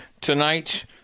tonight